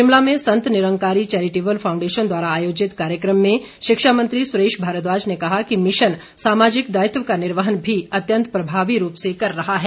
शिमला में Sant Nirankari charitable foundation द्वारा आयोजित कार्यक्रम में शिक्षामंत्री सुरेश भारद्वाज ने कहा कि मिशन सामाजिक दायित्व का निर्वहन भी अत्यंत प्रभावी रूप से कर रहा है